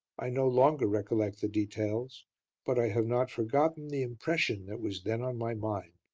i no longer recollect the details but i have not forgotten the impression that was then on my mind,